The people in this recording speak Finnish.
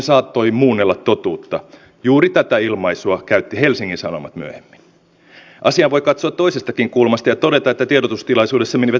se tapahtui tämä eläkeiän nosto vastoin puolustushallinnon toivetta joten meillä on paraikaa työn alla selvitys mitä tämän asian kanssa tehdään